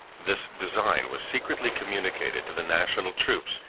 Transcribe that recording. this design was secretly communicated to the national troops,